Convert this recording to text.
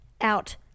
out